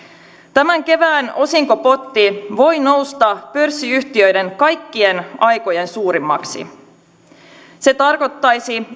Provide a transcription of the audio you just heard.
tämän kevään osinkopotti voi nousta pörssiyhtiöiden kaikkien aikojen suurimmaksi se tarkoittaisi